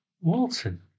Walton